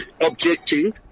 objecting